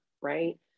right